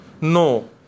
No